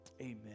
Amen